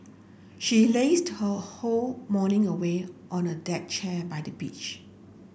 she lazed her whole morning away on a deck chair by the beach